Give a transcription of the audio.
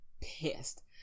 pissed